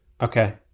Okay